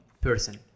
person